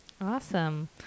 Awesome